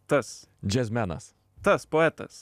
tas džiazmenas tas poetas